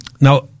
Now